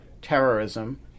terrorism